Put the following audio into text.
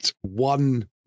one